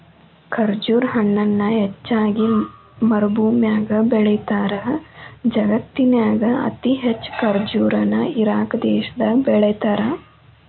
ಖರ್ಜುರ ಹಣ್ಣನ ಹೆಚ್ಚಾಗಿ ಮರಭೂಮ್ಯಾಗ ಬೆಳೇತಾರ, ಜಗತ್ತಿನ್ಯಾಗ ಅತಿ ಹೆಚ್ಚ್ ಖರ್ಜುರ ನ ಇರಾಕ್ ದೇಶದಾಗ ಬೆಳೇತಾರ